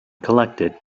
collected